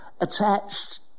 attached